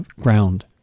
ground